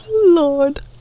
Lord